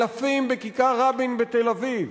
אלפים בכיכר-רבין בתל-אביב.